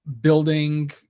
building